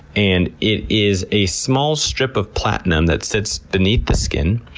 and it is a small strip of platinum that sits beneath the skin,